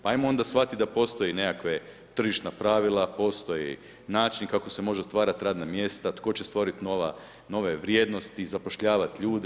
Pa ajmo onda shvatiti da postoje nekakve tržišna pravila, postoje način kako se mogu otvarati radna mjesta, tko će stvoriti nove vrijednosti, zapošljavati ljude.